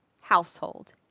household